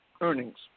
earnings